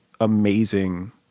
amazing